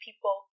people